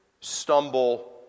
stumble